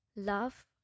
Love